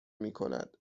میکند